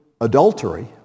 adultery